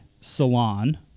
Salon